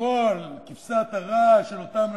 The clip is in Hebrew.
כביכול כבשת הרש של אותם אנשים,